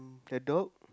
a dog